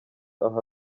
aho